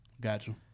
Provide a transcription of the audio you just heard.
Gotcha